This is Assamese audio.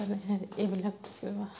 এইবিলাক চোৱা